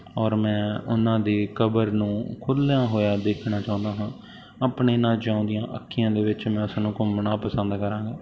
ਔਰ ਮੈਂ ਉਹਨਾਂ ਦੀ ਕਬਰ ਨੂੰ ਖੁੱਲ੍ਹਿਆ ਹੋਇਆ ਦੇਖਣਾ ਚਾਹੁੰਦਾ ਹਾਂ ਆਪਣੇ ਇਹਨਾਂ ਚਾਹੁੰਦੀਆਂ ਅੱਖੀਆਂ ਦੇ ਵਿੱਚ ਮੈਂ ਉਸਨੂੰ ਘੁੰਮਣਾ ਪਸੰਦ ਕਰਾਂਗਾ